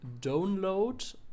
download